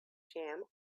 jam